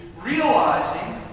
realizing